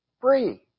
free